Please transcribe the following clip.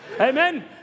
Amen